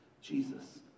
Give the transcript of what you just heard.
Jesus